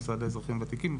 משרד לאזרחים וותיקים.